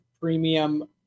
premium